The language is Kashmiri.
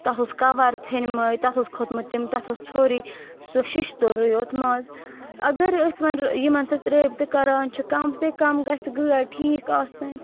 تتھ اوس کور ژھیٚنۍ مٕتۍ تتھ اوس کھوٚتمُت تِم تتھ اوس ژھۄرُے سُہ ششتُرُے یوت منٛز اگر أسۍ وۄنۍ یِمن سۭتۍ رٲبطہٕ کران چھِ کم سے کم گژھِ گٲڑۍ ٹھیٖک آسٕنۍ